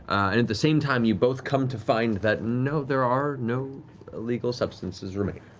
and at the same time you both come to find that, no, there are no illegal substances remain.